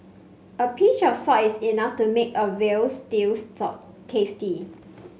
a pinch of salt is enough to make a veal stew tasty